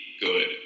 good